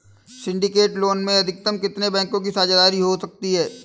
Syndicate loan में अधिकतम कितने बैंकों की साझेदारी हो सकती है?